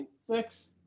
six